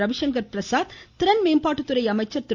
ரவிசங்கர் பிரசாத் திறன் மேம்பாட்டு துறை அமைச்சர் திரு